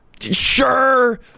Sure